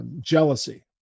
jealousy